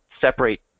separate